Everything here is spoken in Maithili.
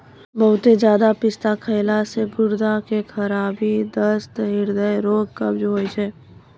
बहुते ज्यादा पिस्ता खैला से गुर्दा के खराबी, दस्त, हृदय रोग, कब्ज होय छै